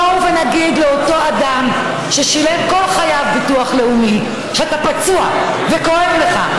בואו ונגיד לאותו אדם ששילם כל חייו ביטוח לאומי: כשאתה פצוע וכואב לך,